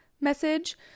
message